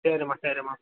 சரிம்மா சரிம்மா